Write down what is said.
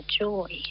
joy